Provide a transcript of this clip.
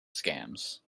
scams